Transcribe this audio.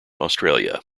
australia